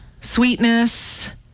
Sweetness